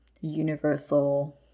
universal